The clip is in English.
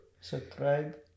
subscribe